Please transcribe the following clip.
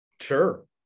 sure